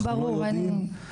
אנחנו לא יודעים,